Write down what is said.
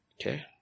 Okay